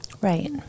Right